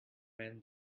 man